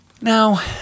Now